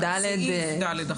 סעיף (ד1).